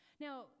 Now